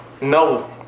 No